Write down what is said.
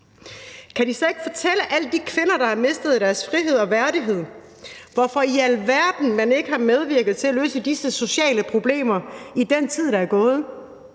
Kan de så ikke fortælle alle de kvinder, der har mistet deres frihed og værdighed, hvorfor i alverden man ikke har medvirket til at løse disse sociale problemer i den tid, der er gået?